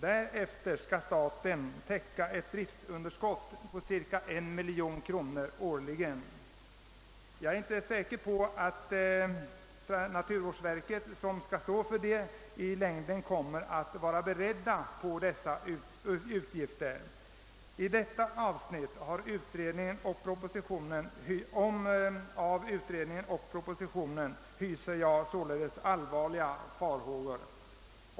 Därefter skall staten täcka ett driftunderskott på cirka en miljon kronor årligen, men jag är inte säker på att naturvårdsverket i längden är berett att stå för dessa utgifter. Beträffande detta avsnitt av utredningen och propositionen hyser jag således allvarliga farhågor.